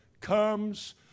comes